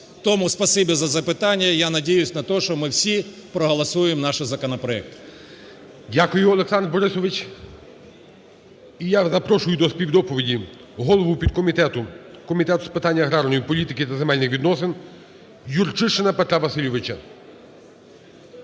Тому спасибі за запитання. Я надіюся на те, що ми всі проголосуємо наші законопроекти. ГОЛОВУЮЧИЙ. Дякую, Олександр Борисович. І я запрошую до співдоповіді голову підкомітету Комітету з питань аграрної політики та земельних відносин Юрчишина Петра Васильовича.